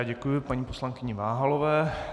Děkuji paní poslankyni Váhalové.